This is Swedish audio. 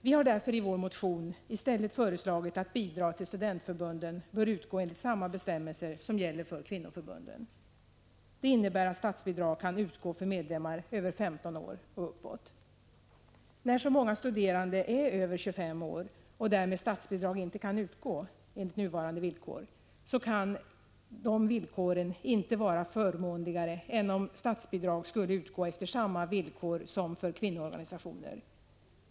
Vi har därför i vår motion i stället föreslagit att bidrag till studentförbunden skall utgå enligt samma bestämmelser som gäller för kvinnoförbunden. Det innebär att statsbidrag kan utgå för medlemmar över 15 år och uppåt. När så många studerande är över 25 år och statsbidrag därmed inte kan utgå enligt nuvarande villkor, så kan de villkoren inte vara förmånligare än om statsbidrag skulle utgå enligt samma villkor som för kvinnoorganisationer.